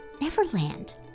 Neverland